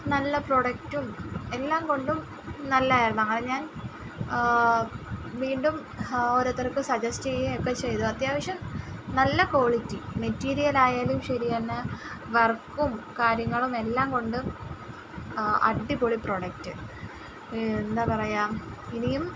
നല്ല പ്രൊഡക്റ്റും എല്ലാം കൊണ്ടും നല്ലതായിരുന്നു അങ്ങനെ ഞാൻ വീണ്ടും ഓരോരുത്തർക്ക് സജസ്റ്റ് ചെയ്യുകയും ഒക്കെ ചെയ്തു അത്യാവശ്യം നല്ല ക്വാളിറ്റി മെറ്റീരിയൽ ആയാലും ശരി തന്നെ വർക്കും കാര്യങ്ങളും എല്ലാം കൊണ്ടും അടിപൊളി പ്രൊഡക്റ്റ് എന്താണ് പറയുക ഇനിയും